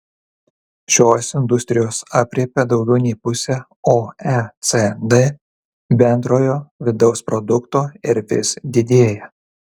šios industrijos aprėpia daugiau nei pusę oecd bendrojo vidaus produkto ir vis didėja